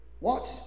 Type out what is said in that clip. Watch